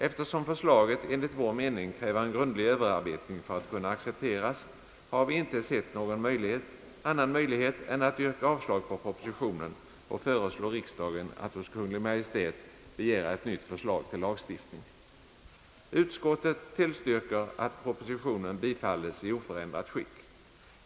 Eftersom förslaget enligt vår mening kräver en grundlig överarbetning för att kunna accepteras, har vi inte sett någon annan möjlighet än att yrka avslag på propositionen och föreslå riksdagen att hos Kungl. Maj:t begära ett nytt förslag till lagstiftning. Utskottet tillstyrker att propositionen bifalles i oförändrat skick.